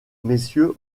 messieurs